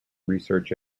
research